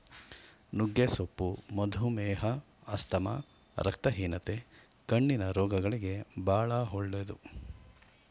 ನುಗ್ಗೆ ಸೊಪ್ಪು ಮಧುಮೇಹ, ಆಸ್ತಮಾ, ರಕ್ತಹೀನತೆ, ಕಣ್ಣಿನ ರೋಗಗಳಿಗೆ ಬಾಳ ಒಳ್ಳೆದು